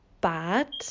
bad